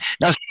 Now